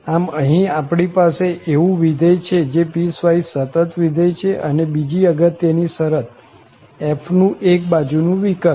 આમ અહીં આપણી પાસે એવું વિધેય છે જે પીસવાઈસ સતત વિધેય છે અને બીજી અગત્ય ની શરત f નું એક બાજુ નું વિકલન